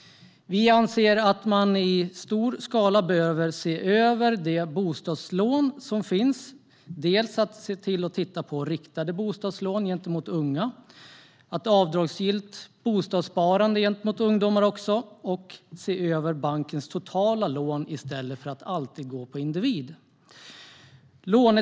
Vi anser att man i stor skala behöver se över de bostadslån som finns. Det handlar om att titta på riktade bostadslån gentemot unga och avdragsgillt bostadssparande gentemot ungdomar och att se över bankens totala lån i stället för att alltid gå på individen.